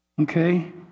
Okay